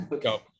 Go